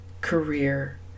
career